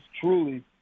truly